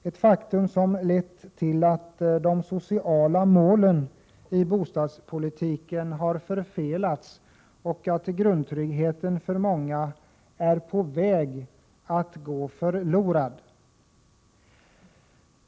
Ett faktum som lett till att de sociala målen i bostadspolitiken har förfelats och att grundtryggheten för många är på väg att gå förlorad.